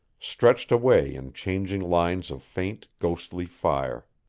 stretched away in changing lines of faint, ghostly fire.